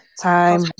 time